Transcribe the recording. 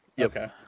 Okay